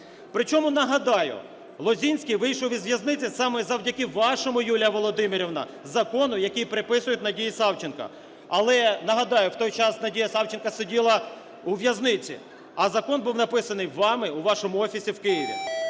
При чому нагадаю, Лозінський вийшов із в'язниці саме завдяки вашому, Юліє Володимирівно, закону, який приписують Надії Савченко. Але нагадаю, у той час Надія Савченко сиділа у в'язниці, а закон був написаний вами у вашому офісі в Києві.